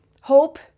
hope